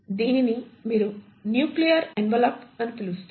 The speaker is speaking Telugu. దీనిని మీరు న్యూక్లియర్ ఎన్వలప్ అని పిలుస్తారు